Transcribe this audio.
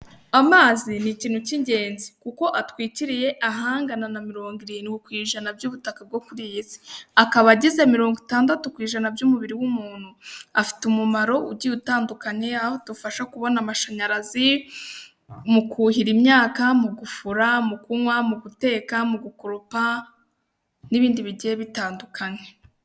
Amazi ni ikintu cy'ingenzi kuko atwikiriye ahangana na mirongo irindwi ku ijana by'ubutaka bwo kuri iyi si, akaba agize mirongo itandatu ku ijana by'umubiri w'umuntu, afite umumaro ugiye utandukanye aho adufasha kubona amashanyarazi, mu kuhira imyaka, mu gufura, mu kunywa, mu guteka, mu gukoropa n'ibindi bigiye bitandukanye.